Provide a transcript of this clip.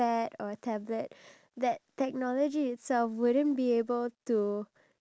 you would know that if a person is angry there can be different forms of anger